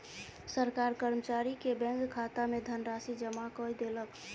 सरकार कर्मचारी के बैंक खाता में धनराशि जमा कय देलक